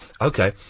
Okay